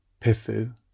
PIFU